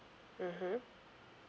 mmhmm